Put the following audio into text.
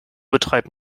betreibt